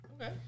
Okay